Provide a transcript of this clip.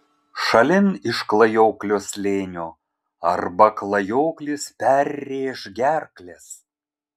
šalin iš klajoklio slėnio arba klajoklis perrėš gerkles